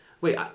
Wait